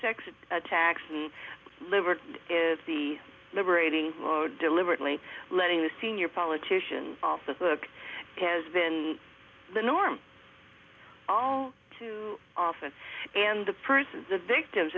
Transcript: sex attacks and liver is the liberating or deliberately letting the senior politician off the hook has been the norm all too often and the person the victims